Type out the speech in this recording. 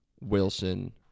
Wilson